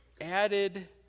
added